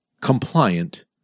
compliant